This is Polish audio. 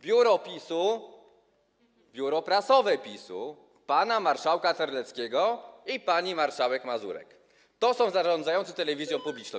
Biuro PiS-u, Biuro Prasowe PiS-u pana marszałka Terleckiego i pani marszałek Mazurek - to są zarządzający telewizją publiczną.